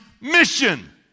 mission